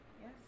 Yes